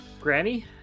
Granny